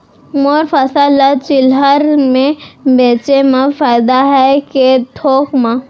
मोर फसल ल चिल्हर में बेचे म फायदा है के थोक म?